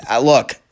Look